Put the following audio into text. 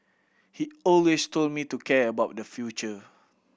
he always told me to care about the future